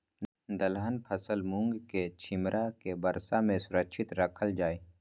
दलहन फसल मूँग के छिमरा के वर्षा में सुरक्षित राखल जाय?